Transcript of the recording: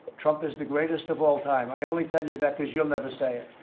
trump is the greatest of all time. i only tell you that because you'll never say it.